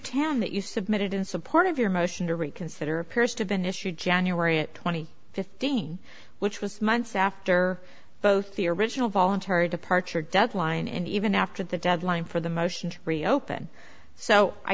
him that you submitted in support of your motion to reconsider appears to be an issue january at twenty fifteen which was months after both the original voluntary departure deadline and even after the deadline for the motion to reopen so i